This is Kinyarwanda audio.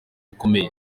akomeye